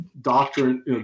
doctrine